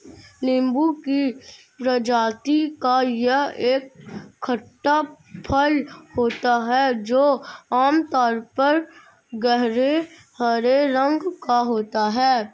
नींबू की प्रजाति का यह एक खट्टा फल होता है जो आमतौर पर गहरे हरे रंग का होता है